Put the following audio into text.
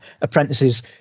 apprentices